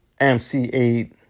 mc8